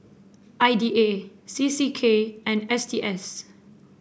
I D A C C K and S T S